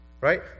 Right